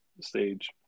stage